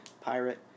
pirate